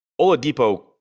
Oladipo